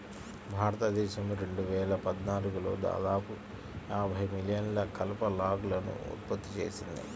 భారతదేశం రెండు వేల పద్నాలుగులో దాదాపు యాభై మిలియన్ల కలప లాగ్లను ఉత్పత్తి చేసింది